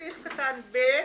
בסעיף קטן (ב),